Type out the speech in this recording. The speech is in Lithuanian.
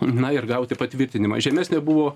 na ir gauti patvirtinimą žemesnė buvo